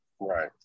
right